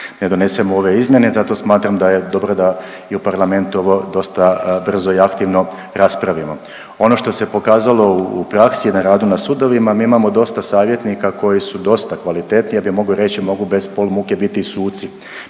ne donesemo ove izmjene, zato smatram da je dobro da i u parlamentu ovo dosta brzo i aktivno raspravimo. Ono što se pokazalo u praksi na radu na sudovima, mi imamo dosta savjetnika koji su dosta kvalitetni, ja bih mogao reći, mogu bez pola muke biti i suci,